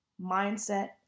mindset